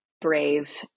brave